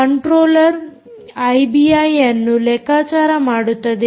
controller ಐಬಿಐಯನ್ನು ಲೆಕ್ಕಾಚಾರ ಮಾಡುತ್ತದೆ